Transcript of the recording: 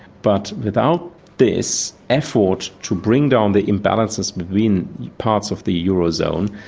but without this effort to bring down the imbalances between parts of the eurozone,